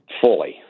fully